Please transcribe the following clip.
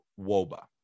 WOBA